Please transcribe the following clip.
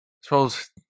suppose